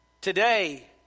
Today